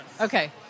Okay